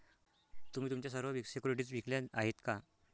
तुम्ही तुमच्या सर्व सिक्युरिटीज विकल्या आहेत का?